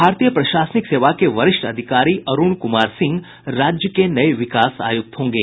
भारतीय प्रशासनिक सेवा के वरिष्ठ अधिकारी अरूण कुमार सिंह राज्य के नये विकास अयुक्त होंगे